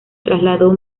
trasladó